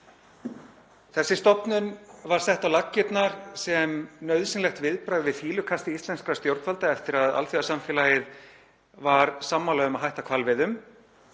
Þessi stofnun var sett á laggirnar sem nauðsynlegt viðbragð við fýlukasti íslenskra stjórnvalda eftir að alþjóðasamfélagið var sammála um að hætta hvalveiðum.